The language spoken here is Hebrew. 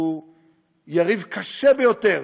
הוא יריב קשה ביותר,